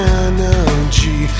energy